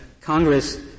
Congress